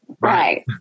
right